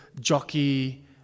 jockey